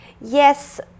yes